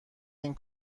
این